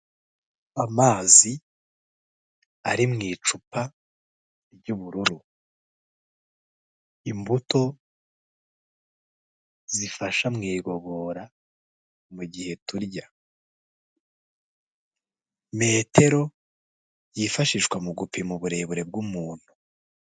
Amazi ari mu icupa ry'ubururu. Imbuto zifasha mu igogora mu gihe turya. Metero yifashishwa mu gupima uburebure bw'umuntu.